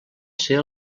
ser